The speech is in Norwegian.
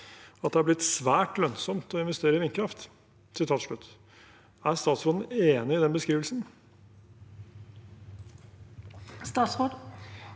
at det «har blitt svært lønnsomt» å investere i vindkraft. Er statsråden enig i den beskrivelsen?